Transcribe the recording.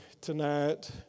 tonight